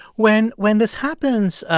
when when this happens,